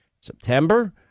September